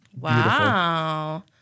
Wow